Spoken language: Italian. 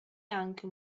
anche